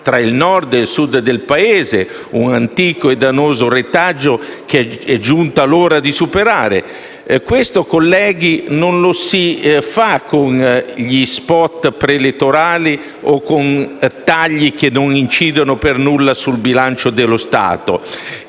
tra il Nord e il Sud del Paese, un antico e dannoso retaggio che è giunta l'ora di superare. Colleghi, questo non lo si fa con gli *spot* preelettorali o con tagli che non incidono per nulla sul bilancio dello Stato.